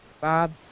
Bob